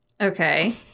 okay